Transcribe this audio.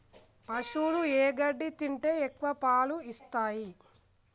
పశువులు ఏ గడ్డి తింటే ఎక్కువ పాలు ఇస్తాయి?